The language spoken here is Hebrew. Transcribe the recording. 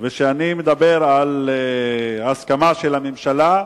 אני מדבר על הסכמה של הממשלה.